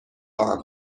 خواهم